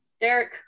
Derek